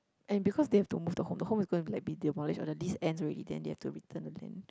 and because they have to move the home the home is going to be like demolished or the lease ends already then they have to return the land